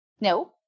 No